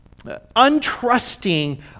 untrusting